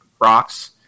rocks